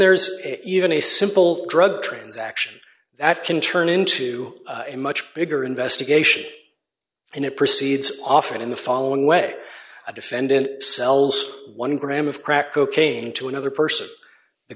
there's even a simple drug transaction that can turn into a much bigger investigation and it proceeds often in the following way a defendant sells one gram of crack cocaine to another person the